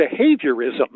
behaviorism